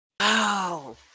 Wow